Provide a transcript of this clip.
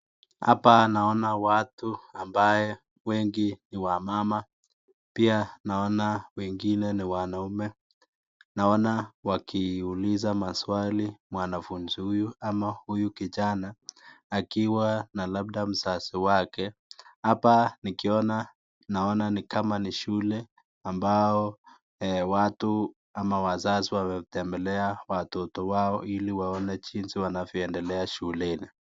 Hapa naona watu ambaye wengi ni wamama pia naona wengine ni wanaume naona wakiuliza maswali mwanafunzi huyu ama huyu kijana akiwa na labda mzazi wake hapa nikiona ni kama ni shule ambayo watu ama wazazi wametembelea watoto wao ili waone jinsi wanavyo endelea shuleni.